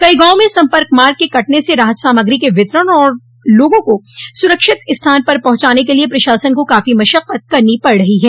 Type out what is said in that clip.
कइ गांवों में सम्पर्क मार्ग के कटने से राहत सामग्री के वितरण और लोगों को सुरक्षित स्थान पर पहुंचान के लिए प्रशासन को काफी मशक्कत करनी पड़ रही है